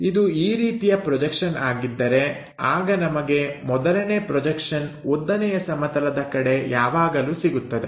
ಇದು ಈ ರೀತಿಯ ಪ್ರೊಜೆಕ್ಷನ್ ಆಗಿದ್ದರೆ ಆಗ ನಮಗೆ ಮೊದಲನೇ ಪ್ರೊಜೆಕ್ಷನ್ ಉದ್ದನೆಯ ಸಮತಲದ ಕಡೆ ಯಾವಾಗಲೂ ಸಿಗುತ್ತದೆ